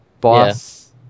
boss